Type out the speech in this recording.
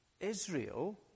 Israel